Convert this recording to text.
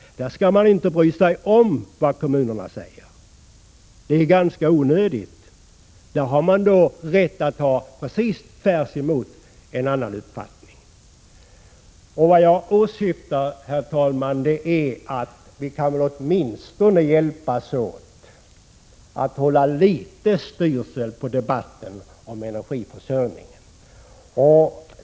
Där skall man inte bry sig om vad kommunerna säger. Det är ganska onödigt — därvidlag har man rätt att hysa en helt motsatt uppfattning. Vad jag åsyftar, herr talman, är att vi väl åtminstone kan hjälpas åt att hålla litet styrsel på debatten om energiförsörjningen.